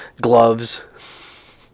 Gloves